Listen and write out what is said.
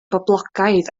boblogaidd